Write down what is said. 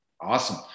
Awesome